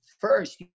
first